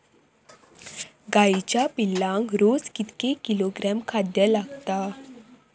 गाईच्या पिल्लाक रोज कितके किलोग्रॅम खाद्य लागता?